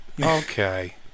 Okay